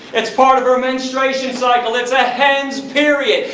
it's part of her menstruation cycle, it's a hen's period!